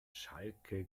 schalke